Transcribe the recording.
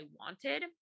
wanted